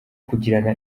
kugirana